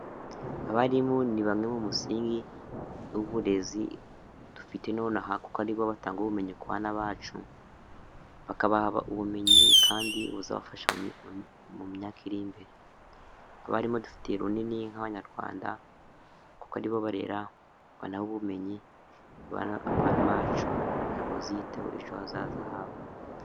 Abarimu ni bamwe mu musingi w'uburezi dufite nonaha kuko aribo batanga ubumenyi ku bana bacu, bakabaha ubumenyi kandi buzabafasha mu myaka iri imbere, abarimu badufatiye runini nk'abanyarwanda kuko aribo barera banaha ubumenyi abana bacu kugira baziyiteho ejo hazaza habo.